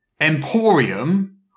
Emporium